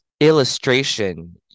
illustration